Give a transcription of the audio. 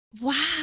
Wow